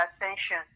attention